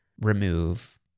remove